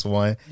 one